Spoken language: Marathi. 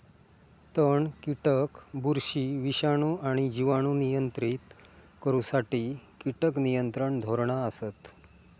तण, कीटक, बुरशी, विषाणू आणि जिवाणू नियंत्रित करुसाठी कीटक नियंत्रण धोरणा असत